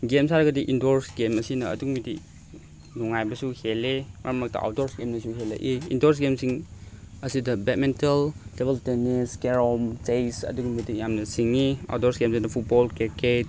games ꯍꯥꯏꯔꯒꯗꯤ indoors games ꯑꯁꯤꯅ ꯑꯗꯨꯛꯀꯤ ꯃꯇꯤꯛ ꯅꯨꯡꯉꯥꯏꯕꯁꯨ ꯍꯦꯜꯂꯦ ꯃꯔꯛ ꯃꯔꯛꯇ ꯑꯥꯎꯠꯗꯣꯔꯁ ꯒꯦꯝꯅꯁꯨ ꯍꯦꯜꯂꯛꯏ ꯏꯟꯗꯣꯔꯁ ꯒꯦꯝꯁꯤꯡ ꯑꯁꯤꯗ badminton table tennis carrom chess ꯑꯗꯨꯛꯀꯤ ꯃꯇꯤꯛ ꯌꯥꯝꯅ ꯁꯤꯡꯏ ꯑꯥꯎꯠꯗꯣꯔꯁ ꯒꯦꯝꯗꯅ ꯐꯨꯠꯕꯣꯜ ꯀ꯭ꯔꯦꯀꯦꯠꯁ